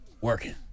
working